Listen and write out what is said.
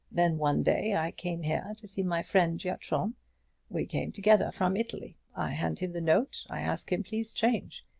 then one day i came here to see my friend giatron we came together from italy. i hand him the note. i ask him please change.